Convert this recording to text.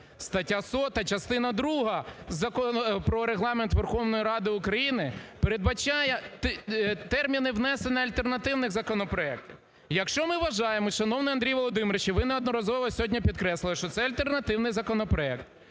Стаття 100 частина друга Закону "Про Регламент Верховної Ради України" передбачає терміни внесення альтернативних законопроектів. Якщо ми вважаємо, шановний Андрій Володимирович, і ви неодноразово сьогодні підкреслили, що це альтернативний законопроект,